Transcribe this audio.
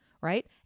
right